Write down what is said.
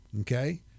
okay